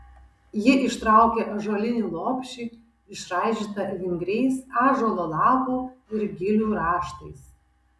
ji ištraukė ąžuolinį lopšį išraižytą vingriais ąžuolo lapų ir gilių raštais